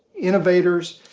innovators,